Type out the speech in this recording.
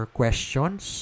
questions